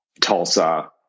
Tulsa